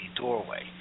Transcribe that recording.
doorway